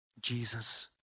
Jesus